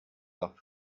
nach